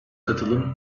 katılım